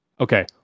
Okay